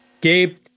Gabe